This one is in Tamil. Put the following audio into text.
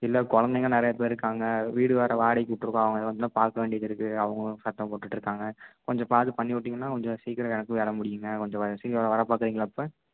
இல்லை குழந்தைங்க நிறையா பேர் இருக்காங்க வீடு வேறு வாடகைக்கு விட்ருக்கோம் அவங்களைலாம் பார்க்க வேண்டியது இருக்குது அவங்களும் சத்தம் போட்டுட்டு இருக்காங்க கொஞ்சம் பார்த்து பண்ணிவிட்டிங்கன்னா கொஞ்சம் சீக்கிரம் எனக்கும் வேலை முடியும்ங்க கொஞ்சம் சீக்கிரம் வர பாக்குறீங்களா இப்போ